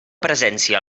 presència